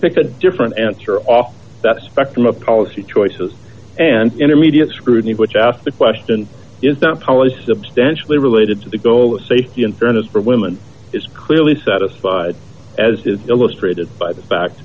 pick a different answer off the spectrum of policy choices and intermediate scrutiny which asks the question is the polish substantially related to the goal of safety in fairness for women is clearly satisfied as is illustrated by the fact